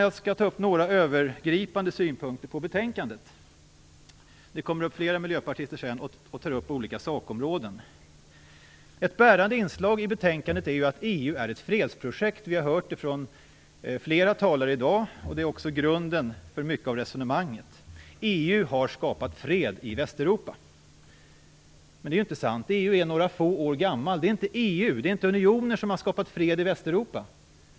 Jag skall ge några övergripande synpunkter på betänkandet. Det kommer sedan upp fler miljöpartister i debatten och berör olika sakområden. Ett bärande inslag i betänkandet är att EU är ett fredsprojekt. Vi har hört det från flera talare här i dag. Det är också grunden för mycket av resonemanget. EU har skapat fred i Västeuropa. Men det är inte sant. EU är några få år gammalt. Det är inte EU, det är inte unionen, som har skapat fred i Västeuropa.